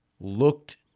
looked